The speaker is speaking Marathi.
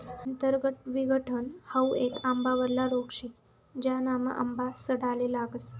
अंतर्गत विघटन हाउ येक आंबावरला रोग शे, ज्यानामा आंबा सडाले लागस